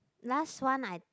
last one I